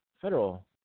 federal